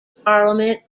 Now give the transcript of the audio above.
parliament